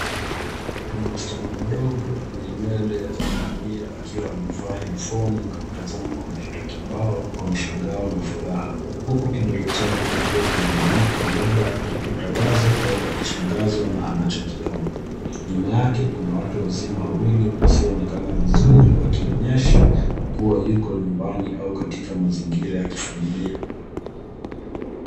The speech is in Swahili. Kuna msichana mdogo mwenye nywele za kahawia akiwa amevaa headphone na kutazana kompyuta kibao kwa mshangao na furaha huku kidole chake kikiwa kimeinuka labda akipata wazo akishangazwa na anachokiona. Nyuma yake kuna watu wazima wawili wasioonekana vizuri wakionyesha kuwa yuko nyumbani au katika mazingira ya kifamilia.